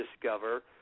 discover